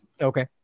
Okay